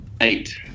Eight